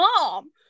mom